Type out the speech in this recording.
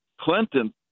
Clinton